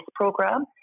program